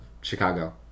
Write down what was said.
Chicago